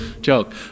Joke